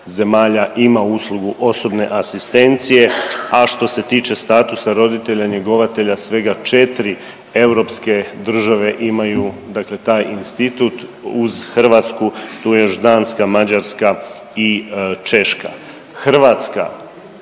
ima uslugu osobne asistencije, a što se tiče statusa roditelja njegovatelja svega 4 europske države imaju dakle taj institut. Uz Hrvatsku tu je još Danska, Mađarska i Češka. Hrvatska